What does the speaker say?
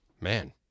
Man